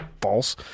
false